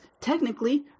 technically